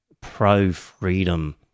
pro-freedom